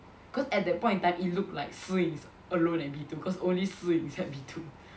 because at that point in time it looked like Si Ying is alone at B two because only Si Ying is at B two